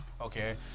Okay